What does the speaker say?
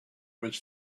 was